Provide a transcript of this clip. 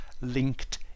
linked